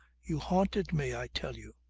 you haunted me, i tell you.